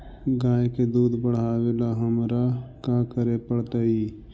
गाय के दुध बढ़ावेला हमरा का करे पड़तई?